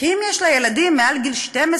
כי אם יש לה ילדים מעל גיל 12,